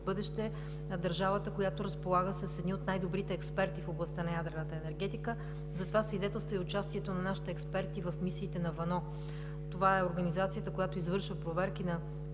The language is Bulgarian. бъдеще държавата, която разполага с едни от най-добрите експерти в областта на ядрената енергетика. Затова свидетелства и участието на нашите експерти в мисиите на WANO – това е организацията, която извършва проверки на